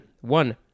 one